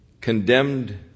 condemned